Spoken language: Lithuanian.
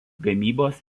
gavybos